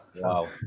wow